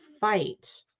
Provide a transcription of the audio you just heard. fight